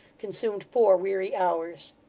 consumed four weary hours.